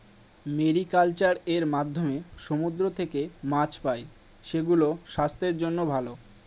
mariculture এর মাধ্যমে সমুদ্র থেকে মাছ পাই, সেগুলো স্বাস্থ্যের জন্য ভালো